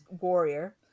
warrior